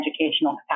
educational